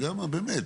באמת,